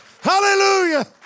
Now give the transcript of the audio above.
Hallelujah